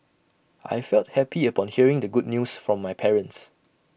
I felt happy upon hearing the good news from my parents